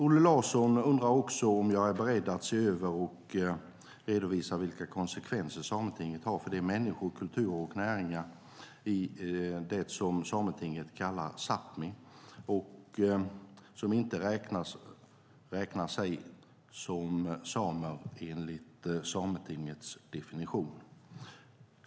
Olle Larsson undrar också om jag är beredd att se över och redovisa vilka konsekvenser Sametinget har för människor, kulturer och näringar i det som Sametinget kallar Sápmi och som inte räknas/räknar sig som samer enligt Sametingets definition.